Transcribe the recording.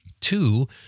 Two